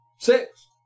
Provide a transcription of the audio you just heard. Six